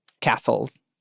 castles